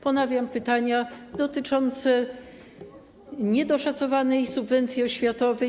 Ponawiam pytania dotyczące niedoszacowanej subwencji oświatowej.